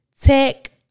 tech